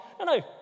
no